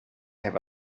have